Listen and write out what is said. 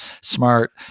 Smart